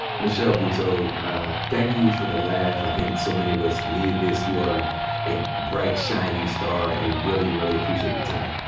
michelle buteau thank you for the laugh. i think so many of us needed this. you are a bright, shining star and we really, really appreciate your time.